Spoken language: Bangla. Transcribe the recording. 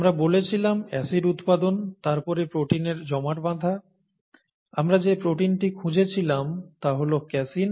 আমরা বলেছিলাম এসিড উৎপাদন তারপর প্রোটিনের জমাট বাঁধা আমরা যে প্রোটিনটি খুঁজেছিলাম তা হল ক্যাসিন